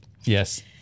Yes